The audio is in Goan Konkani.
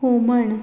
हुमण